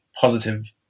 positive